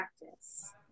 practice